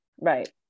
right